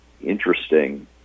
interesting